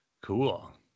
Cool